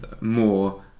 more